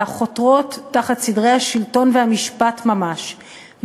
אלא חותרות תחת סדרי השלטון והמשפט ממש,